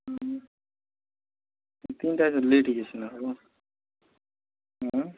ହୁଁ ଟ୍ରେନ୍ଟା ଆଜି ଲେଟ୍ ହୋଇ ଯାଇଛି ନା କ'ଣ ଉଁ